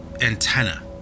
antenna